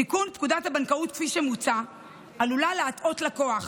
תיקון פקודת הבנקאות כפי שמוצע עלול להטעות לקוח,